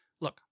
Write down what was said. Look